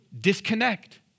disconnect